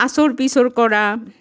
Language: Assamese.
আঁচোৰ পিচোৰ কৰা